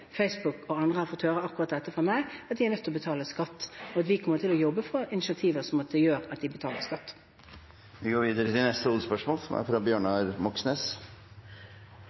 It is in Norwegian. Facebook og andre har fått høre akkurat dette fra meg, at de er nødt til å betale skatt, og at vi kommer til å jobbe for initiativer som gjør at de betaler skatt. Vi går videre til neste hovedspørsmål. I dag har vi en situasjon der det ifølge regjeringen er